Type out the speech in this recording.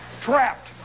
trapped